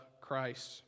Christ